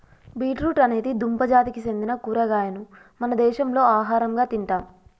beet root అనేది దుంప జాతికి సెందిన కూరగాయను మన దేశంలో ఆహరంగా తింటాం